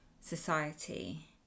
society